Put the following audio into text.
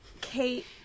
Kate